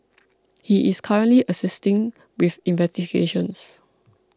he is currently assisting with investigations